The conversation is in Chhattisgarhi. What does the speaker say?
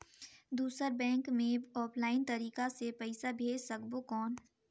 दुसर बैंक मे ऑफलाइन तरीका से पइसा भेज सकबो कौन?